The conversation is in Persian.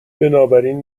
بنابراین